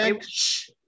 Shh